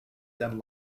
than